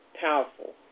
powerful